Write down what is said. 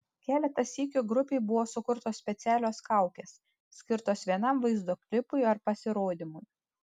keletą sykių grupei buvo sukurtos specialios kaukės skirtos vienam vaizdo klipui ar pasirodymui